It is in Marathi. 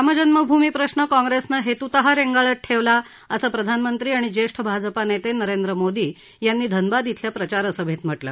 रामजन्मभूमी प्रश्न काँग्रेसनं हेतूतः रेंगाळत ठेवला असं प्रधानमंत्री आणि ज्येष्ठ भाजपा नेते नरेंद्र मोदी यांनी धनबाद इथल्या प्रचार सभेत म्हटलं